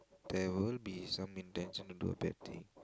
there will be some intention to do a bad thing